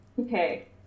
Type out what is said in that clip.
Okay